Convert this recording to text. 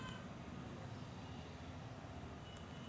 वयाच्या कोंत्या वर्षी बिमा काढता येते?